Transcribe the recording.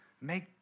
Make